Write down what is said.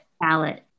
ballot